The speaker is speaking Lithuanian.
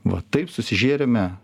va taip susižėrėme